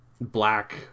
black